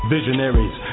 Visionaries